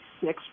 six